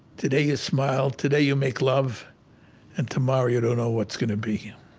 today you smile, today you make love and tomorrow you don't know what's going to be. you